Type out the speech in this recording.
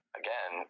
again